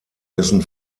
dessen